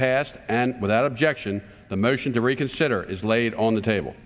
passed and without objection the motion to reconsider is laid on the table